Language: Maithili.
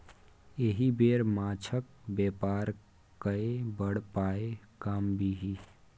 एहि बेर माछक बेपार कए बड़ पाय कमबिही